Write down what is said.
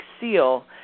seal